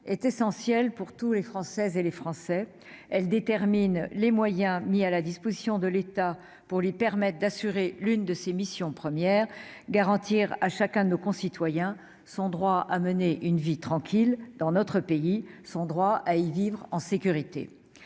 est essentielle pour tous les Français. Elle détermine les moyens mis à la disposition de l'État pour assurer l'une de ses missions premières : garantir à chacun de nos concitoyens le droit à mener une vie tranquille dans notre pays, à y vivre en sécurité.